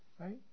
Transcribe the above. right